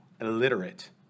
illiterate